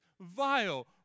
vile